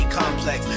complex